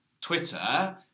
Twitter